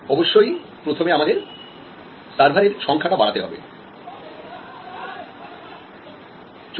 অবশ্যই প্রথমে আমাদের সার্ভারের সংখ্যাটা বাড়াতে হবে